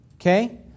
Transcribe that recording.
okay